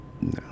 No